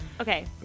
Okay